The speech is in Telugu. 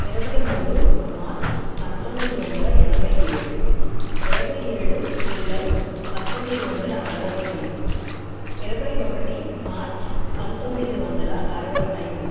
ఇరవై మూడు మార్చ్ పంతొమ్మిది వందల ఎనభై ఏడు ఇరవై ఏడు జూలై పంతొమ్మిది వందల అరవై ఐదు ఇరవై ఒకటి మార్చ్ పంతొమ్మిది వందల అరవై ఐదు